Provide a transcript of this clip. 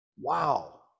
wow